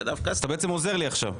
דווקא --- אתה בעצם עוזר לי עכשיו.